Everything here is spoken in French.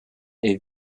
est